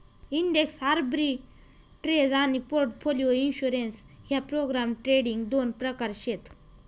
index arbitrage आनी portfolio insurance ह्या program trading दोन प्रकार शेत